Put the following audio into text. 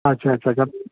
अच्छा अच्छा तब